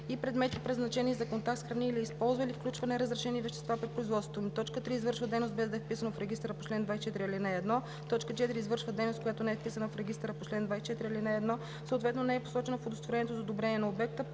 и предмети, предназначени за контакт с храни или използва или включва неразрешени вещества при производството им; 3. извършва дейност, без да е вписано в регистъра по чл. 24, ал. 1; 4. извършва дейност, която не е вписана в регистъра по чл. 24, ал. 1, съответно не е посочена в удостоверението за одобрение на обекта;